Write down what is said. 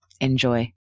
Enjoy